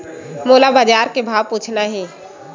मोला बजार के भाव पूछना हे?